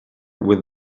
with